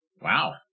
Wow